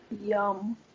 Yum